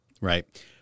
Right